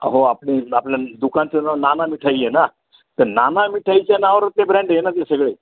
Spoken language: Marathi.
अहो आपली आपल्या दुकानाचं नाव नाना मिठाई आहे ना तर नाना मिठाईच्या नाववरच ते ब्रँड आहे ना ते सगळे